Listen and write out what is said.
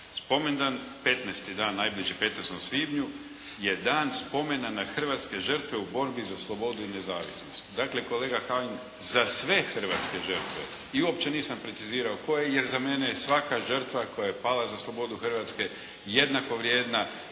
"Spomendan, 15. dan, najbliži 15. svibnju je Dan spomena na hrvatske žrtve za slobodu i nezavisnost.". Dakle, kolega Kajin za sve hrvatske žrtve. I uopće nisam precizirao koje, jer za mene je svaka žrtva koja je pala za slobodu Hrvatske jednako vrijedna